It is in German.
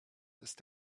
ist